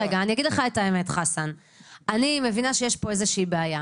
אגיד לך את האמת: אני מבינה שיש פה איזושהי בעיה,